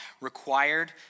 required